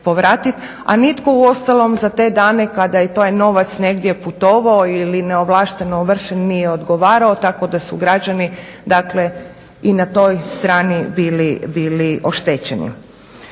a nitko uostalom za te dane kada i to je novac negdje putovao ili neovlašteno ovršen nije odgovarao, tako da su građani dakle i na toj strani bili oštećeni.